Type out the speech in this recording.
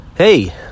Hey